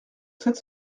sept